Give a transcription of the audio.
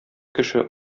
кеше